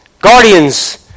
guardians